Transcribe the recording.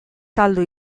saldu